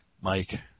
Mike